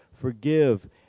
forgive